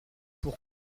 pour